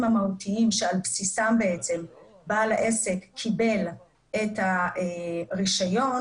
המהותיים שעל בסיסם בעל העסק קיבל את הרישיון,